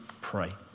pray